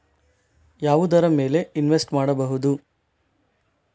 ಯಾವುದರ ಮೇಲೆ ಇನ್ವೆಸ್ಟ್ ಮಾಡಬಹುದು?